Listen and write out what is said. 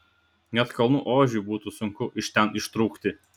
net kalnų ožiui būtų sunku iš ten ištrūkti